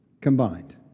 combined